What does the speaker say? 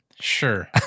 Sure